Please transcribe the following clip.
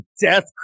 Death